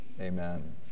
Amen